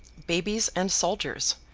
babies and soldiers,